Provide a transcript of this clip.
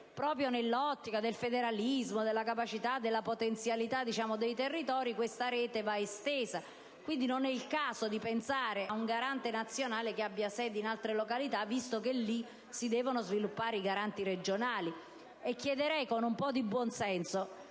proprio nell'ottica del federalismo, della capacità e della potenzialità dei territori, questa rete va estesa. Quindi, non è il caso di pensare a un Garante nazionale che abbia sede in altre località, visto che in tali sedi si devono sviluppare i Garanti regionali. Io chiederei, con un po' di buon senso,